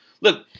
Look